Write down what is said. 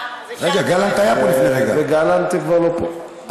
גלנט כבר לא פה,